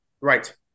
Right